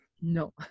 No